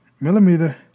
Millimeter